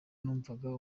numvaga